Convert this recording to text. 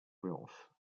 blanches